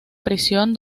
prisión